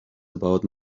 about